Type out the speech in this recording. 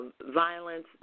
violence